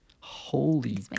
holy